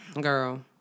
girl